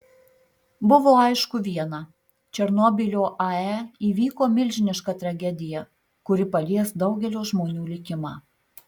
buvo aišku viena černobylio ae įvyko milžiniška tragedija kuri palies daugelio žmonių likimą